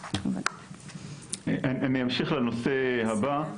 אני אמשיך לנושא הבא,